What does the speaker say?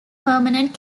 permanent